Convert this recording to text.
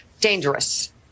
dangerous